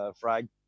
fried